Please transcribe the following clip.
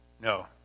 No